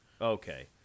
okay